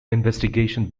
investigation